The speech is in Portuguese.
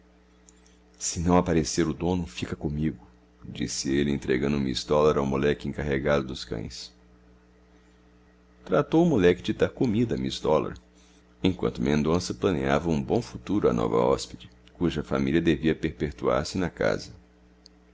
se não aparecer o dono fica comigo disse ele entregando miss dollar ao moleque encarregado dos cães tratou o moleque de dar comida a miss dollar enquanto mendonça planeava um bom futuro à nova hóspede cuja família devia perpetuar se na casa